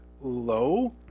low